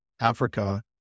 Africa